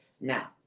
Now